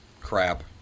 crap